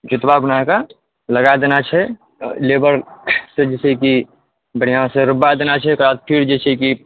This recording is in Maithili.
जोतवा बनबै कऽ लगाइ देनाइ छै लेबरके जे छै कि बढ़िआँसँ रोपवा देना छै ओकरा फेर जे छै कि